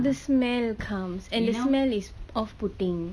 the smell comes and the smell is off putting